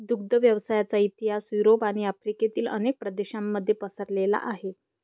दुग्ध व्यवसायाचा इतिहास युरोप आणि आफ्रिकेतील अनेक प्रदेशांमध्ये पसरलेला आहे